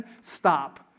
Stop